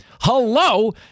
Hello